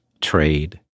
trade